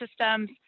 systems